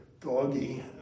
doggy